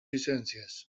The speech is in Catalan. llicències